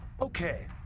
Okay